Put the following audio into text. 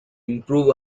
improve